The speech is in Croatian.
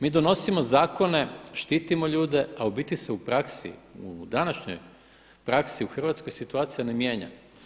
Mi donosimo zakone, štitimo ljude a u biti se u praksi u današnjoj praksi, u Hrvatskoj situacija ne mijenja.